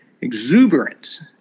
exuberance